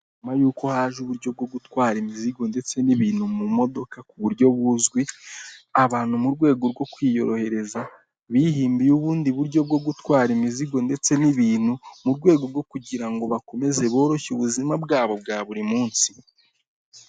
Nyuma y'uko haje uburyo bwo gutwara imizigo ndetse n'ibintu mu modoka ku buryo buzwi, abantu mu rwego rwo kwiyorohereza, bihimbiye ubundi buryo bwo gutwara imizigo ndetse n'ibintu mu rwego rwo kugira ngo bakomeze boroshye ubuzima bwabo bwa buri munsi.